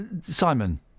Simon